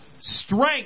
strength